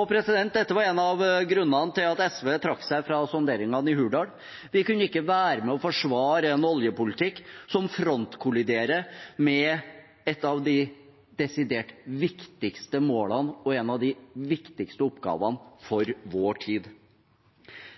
av grunnene til at SV trakk seg fra sonderingene i Hurdal. Vi kunne ikke være med og forsvare en oljepolitikk som frontkolliderer med et av de desidert viktigste målene og en av de viktigste oppgavene for vår tid.